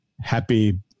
happy